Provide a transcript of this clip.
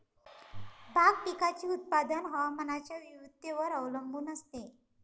भाग पिकाचे उत्पादन हवामानाच्या विविधतेवर अवलंबून असते